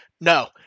no